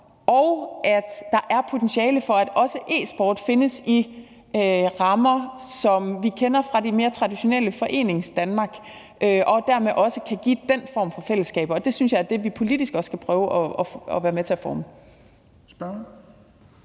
og at der er potentiale for, at også e-sport findes i rammer, som vi kender fra det mere traditionelle Foreningsdanmark, og som dermed også kan give den form for fællesskaber. Det synes jeg er det, vi politisk også skal prøve at være med til at forme.